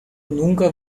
nunca